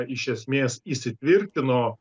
iš esmės įsitvirtino